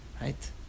right